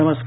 नमस्कार